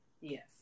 Yes